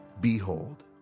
Behold